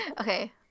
Okay